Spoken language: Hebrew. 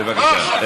רד, רד, בבקשה.